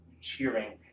cheering